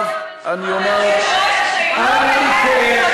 מה הקשר?